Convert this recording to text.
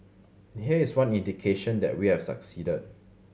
here is one indication that we have succeeded